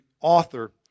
author